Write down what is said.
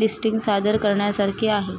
listing सादर करण्यासारखी आहे